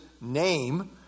name